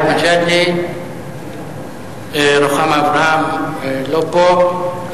גאלב מג'אדלה, רוחמה אברהם, לא פה.